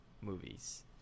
movies